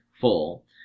full